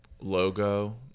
logo